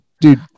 Dude